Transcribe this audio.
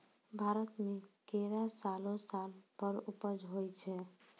भारत मे केला सालो सालो भर उपज होय छै